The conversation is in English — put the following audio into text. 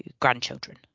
grandchildren